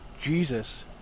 Jesus